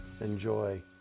Enjoy